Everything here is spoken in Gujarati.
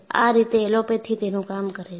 આ રીતે એલોપેથી તેનું કામ કરે છે